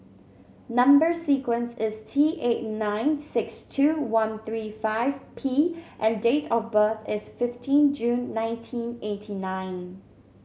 number sequence is T eight nine six two one three five P and date of birth is fifteen June nineteen eighty nine